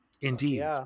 Indeed